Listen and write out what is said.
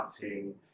cutting